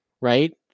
right